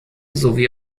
sowie